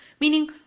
meaning